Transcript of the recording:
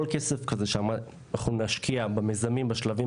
כל כסף כזה שאנחנו נשקיע במיזמים בשלבים